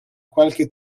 qualche